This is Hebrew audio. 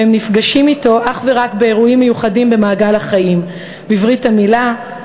והם נפגשים אתו אך ורק באירועים מיוחדים במעגל החיים: בברית-מילה,